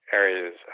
areas